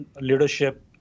leadership